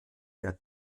der